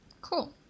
Cool